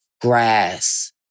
grass